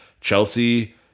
Chelsea